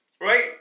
Right